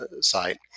site